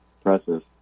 Impressive